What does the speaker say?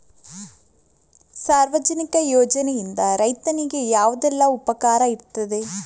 ಸಾರ್ವಜನಿಕ ಯೋಜನೆಯಿಂದ ರೈತನಿಗೆ ಯಾವುದೆಲ್ಲ ಉಪಕಾರ ಇರ್ತದೆ?